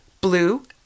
blue